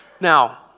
Now